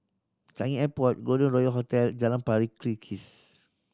Changi Airport Golden Royal Hotel Jalan Pari Kikis